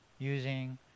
Using